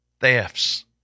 thefts